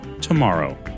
tomorrow